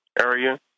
area